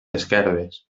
esquerdes